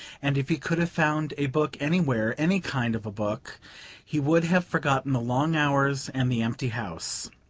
and if he could have found a book anywhere any kind of a book he would have forgotten the long hours and the empty house.